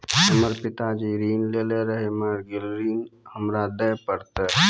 हमर पिताजी ऋण लेने रहे मेर गेल ऋण हमरा देल पड़त?